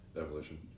Evolution